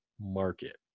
market